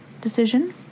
decision